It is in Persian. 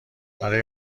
برای